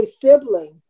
sibling